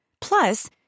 Plus